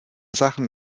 sachen